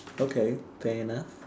okay fair enough